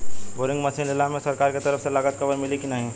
Boring machine लेला मे सरकार के तरफ से लागत कवर मिली की नाही?